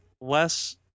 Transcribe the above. less